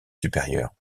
supérieure